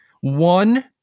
one